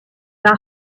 bas